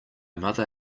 mother